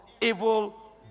evil